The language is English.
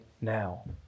now